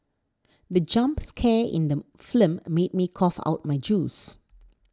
the jump scare in the film made me cough out my juice